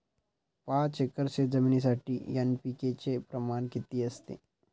पाच एकर शेतजमिनीसाठी एन.पी.के चे प्रमाण किती असते?